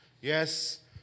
yes